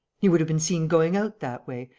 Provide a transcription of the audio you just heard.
he would have been seen going out that way.